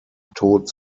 tod